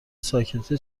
ساکته